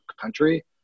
country